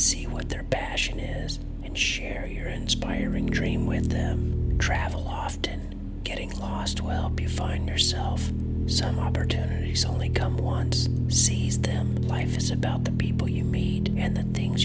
see what their passion is and share your inspiring dream when them travel often getting lost well you find yourself some opportunities only come once seize them life is about the people you made and the things